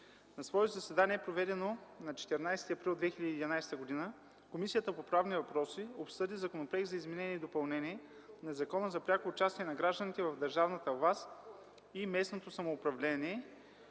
„На свое заседание, проведено на 14 април 2011 г., Комисията по правни въпроси обсъди Законопроект за изменение и допълнение на Закона за пряко участие на гражданите в държавната власт и местното самоуправление